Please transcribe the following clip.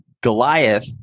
Goliath